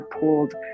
pooled